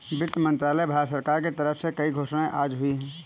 वित्त मंत्रालय, भारत सरकार के तरफ से कई घोषणाएँ आज हुई है